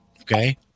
okay